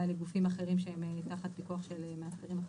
לגופים אחרים שהם תחת פיקוח של מאסדרים אחרים.